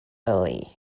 early